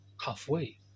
halfway